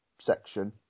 section